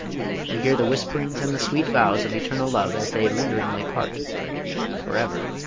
we hear the whisperings and the sweet vows of eternal love as they lingeringly part forever.